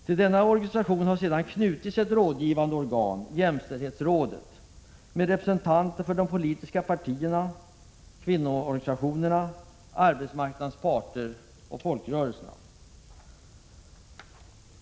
Till denna organisation har sedan knutits ett rådgivande organ — jämställdhetsrådet — med representanter för de politiska partiernas kvinnoorganisationer, arbetsmarknadens parter och folkrörelserna.